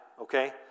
okay